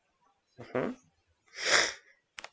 hmm